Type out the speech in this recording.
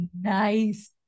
Nice